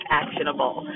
actionable